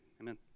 Amen